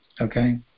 Okay